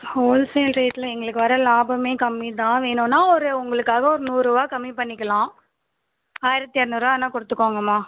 wholesale ரேட்டில் எங்களுக்கு வர லாபமே கம்மி தான் வேணும்னா ஒரு உங்களுக்காக ஒரு நூறுபா கம்மி பண்ணிக்கலாம் ஆயிரத்தி இரநூறுவா வேணால் கொடுத்துக்கோங்கம்மா